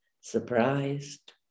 surprised